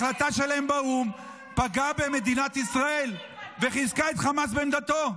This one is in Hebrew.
ההחלטה שלהם באו"ם פגעה במדינת ישראל וחיזקה את חמאס בעמדתו.